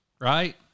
Right